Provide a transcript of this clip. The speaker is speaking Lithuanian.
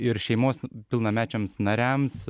ir šeimos pilnamečiams nariams